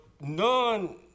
None